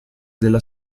della